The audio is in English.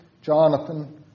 Jonathan